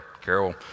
Carol